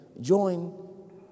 Join